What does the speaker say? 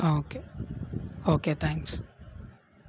ആ okay okay thanks